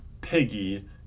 piggy